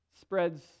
Spreads